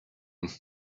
coding